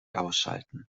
ausschalten